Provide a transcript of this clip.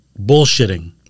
bullshitting